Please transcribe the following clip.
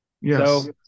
Yes